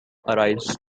arise